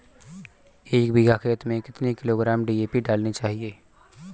एक बीघा खेत में कितनी किलोग्राम डी.ए.पी डालनी चाहिए?